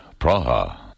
Praha